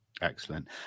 Excellent